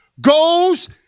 goes